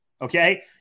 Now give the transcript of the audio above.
okay